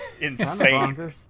insane